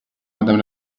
madame